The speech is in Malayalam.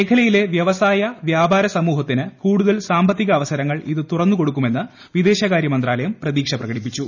മേഖലയിലെ പ്ലൂപ്പ്സായ വ്യാപാര സമൂഹത്തിന് കൂടുതൽ സാമ്പത്തിക അവസർങ്ങൾ ഇത് തുറന്നുകൊടുക്കുമെന്ന് വിദേശകാര്യ മന്ത്രാലയം പ്രതീക്ഷ് പ്രക്കടിപ്പിച്ചു